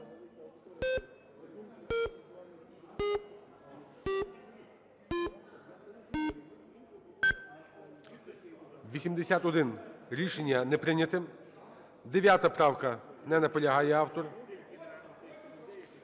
За-81 Рішення не прийняте. 9 правка. Не наполягає автор.